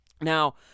Now